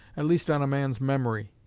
at least on a man's memory.